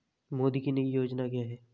मोदी की नई योजना क्या है?